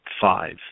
five